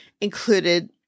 included